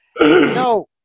no